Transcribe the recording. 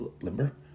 Limber